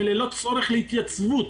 וללא צורך בהתייצבות